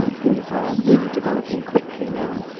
who are really developing quickly now,